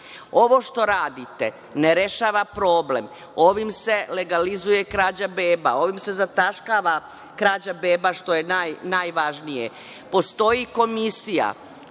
što radite, ne rešava problem. Ovim se legalizuje krađa beba. Ovim se zataškava krađa beba, što je najvažnije.